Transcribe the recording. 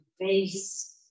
face